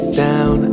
down